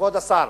כבוד השר,